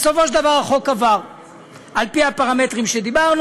בסופו של דבר, החוק עבר על פי הפרמטרים שדיברנו.